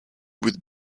with